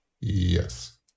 Yes